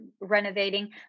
renovating